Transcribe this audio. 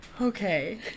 Okay